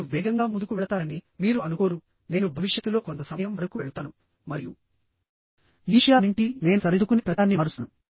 నేను వేగంగా ముందుకు వెళతానని మీరు అనుకోరు నేను భవిష్యత్తులో కొంత సమయం వరకు వెళ్తాను మరియు ఈ విషయాలన్నింటికీ నేను సరిదిద్దుకునే ప్రతిదాన్ని మారుస్తాను